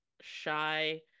shy